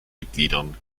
mitgliedern